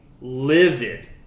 livid